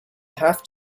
have